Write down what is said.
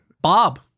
Bob